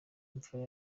imfura